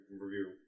review